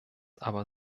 aber